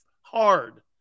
hard